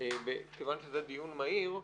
כיוון שזה דיון מהיר,